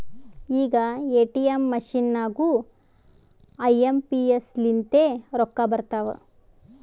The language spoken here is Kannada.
ಈಗ ಎ.ಟಿ.ಎಮ್ ಮಷಿನ್ ನಾಗೂ ಐ ಎಂ ಪಿ ಎಸ್ ಲಿಂತೆ ರೊಕ್ಕಾ ಬರ್ತಾವ್